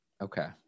Okay